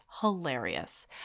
hilarious